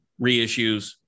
reissues